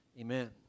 Amen